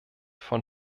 von